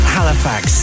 Halifax